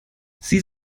sie